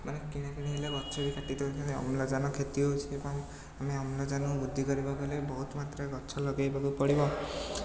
ମାନେ କିଣାକିଣି ହେଲେ ଗଛ ବି କାଟି ଦେଉଛନ୍ତି ଅମ୍ଳଜାନ କ୍ଷତି ହେଉଛି ଏବଂ ଆମେ ଅମ୍ଳଜାନ ବୃଦ୍ଧି କରିବାକୁ ହେଲେ ବହୁତ ମାତ୍ରାରେ ଗଛ ଲଗାଇବାକୁ ପଡ଼ିବ